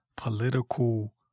political